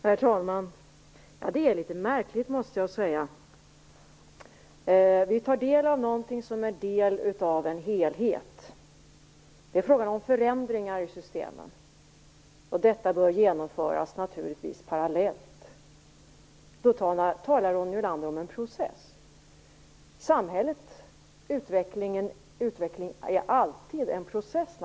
Herr talman! Det är litet märkligt, måste jag säga. Vi tar del av någonting som är en del av en helhet. Det är fråga om förändringar i systemen. Dessa bör naturligtvis genomföras parallellt. Ronny Olander talar om en process. Samhällsutvecklingen är alltid en process.